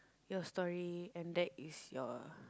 your story and that is your